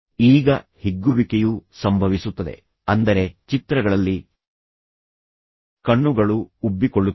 ಈಗ ಹಿಗ್ಗುವಿಕೆಯು ಸಂಭವಿಸುತ್ತದೆ ಅಂದರೆ ಚಿತ್ರಗಳಲ್ಲಿ ಕಣ್ಣುಗಳು ಉಬ್ಬಿಕೊಳ್ಳುತ್ತವೆ